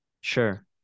Sure